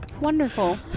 Wonderful